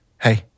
hey